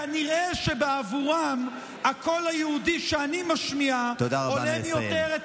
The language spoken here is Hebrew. כנראה בעבורם הקול היהודי שאני משמיע הולם יותר את